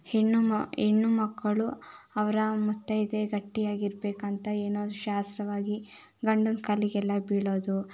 ಹೆಣ್ಣು ಮ ಹೆಣ್ಣುಮಕ್ಕಳು ಅವರ ಮುತ್ತೈದೆ ಗಟ್ಟಿಯಾಗಿರಬೇಕು ಅಂತ ಏನೋ ಶಾಸ್ತ್ರವಾಗಿ ಗಂಡನ ಕಾಲಿಗೆಲ್ಲ ಬೀಳೋದು